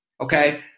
Okay